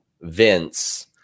Vince